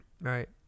right